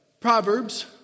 Proverbs